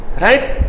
Right